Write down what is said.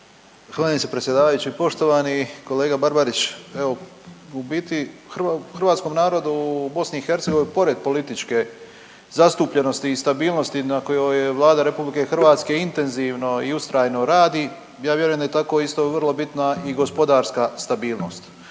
Zahvaljujem se predsjedavajući. Poštovani kolega Barbarić, evo u biti hrvatskom narodu u BiH pored političke zastupljenosti i stabilnosti na kojoj Vlada RH intenzivno i ustrajno radi ja vjerujem da je tako isto i vrlo bitna i gospodarska stabilnost